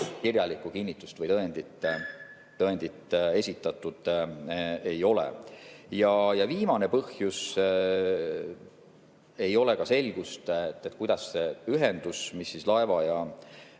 kirjalikku tõendit esitatud ei ole. Ja viimane põhjus: ei ole ka selgust, kuidas see ühendus, mis laeva ja